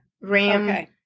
ram